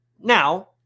Now